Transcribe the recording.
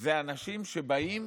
אלה אנשים שבאים